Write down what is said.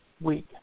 week